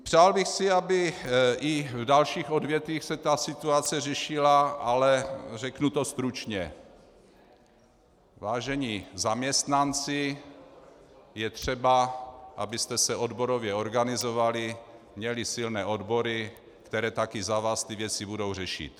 Přál bych si, aby i v dalších odvětvích se ta situace řešila, ale řeknu to stručně: Vážení zaměstnanci, je třeba, abyste se odborově organizovali, měli silné odbory, které také za vás ty věci budou řešit.